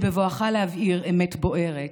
בבואך להבהיר אמת בוערת,